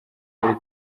muri